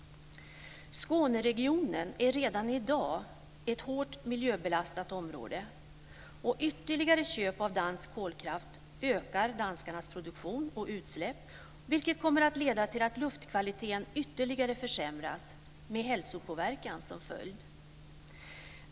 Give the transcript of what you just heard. Skåneregionen är redan i dag ett hårt miljöbelastat område, och ytterligare köp av dansk kolkraft ökar danskarnas produktion och utsläpp, vilket kommer att leda till att luftkvaliteten ytterligare försämras med hälsopåverkan som följd.